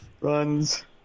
runs